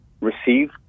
receive